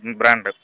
brand